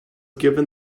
given